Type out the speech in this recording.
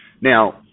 Now